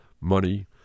money